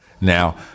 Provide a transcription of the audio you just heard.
Now